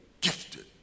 gifted